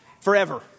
forever